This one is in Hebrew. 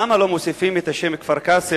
למה לא מוסיפים את השם "כפר-קאסם",